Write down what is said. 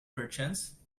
perchance